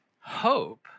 Hope